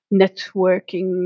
networking